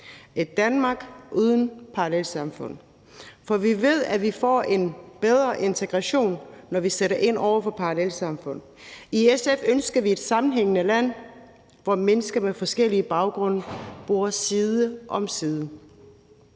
et Danmark uden parallelsamfund. For vi ved, at vi får en bedre integration, når vi sætter ind over for parallelsamfund. I SF ønsker vi et sammenhængende land, hvor mennesker med forskellige baggrunde bor side om side.